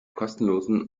kostenlosen